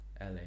LA